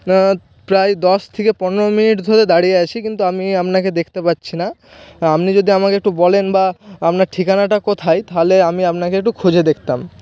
না প্রায় দশ থেকে পনেরো মিনিট ধরে দাঁড়িয়ে আছি কিন্তু আমি আপনাকে দেখতে পাচ্ছি না আপনি যদি আমাকে একটু বলেন বা আপনার ঠিকানাটা কোথায় তাহলে আমি আপনাকে একটু খুঁজে দেখতাম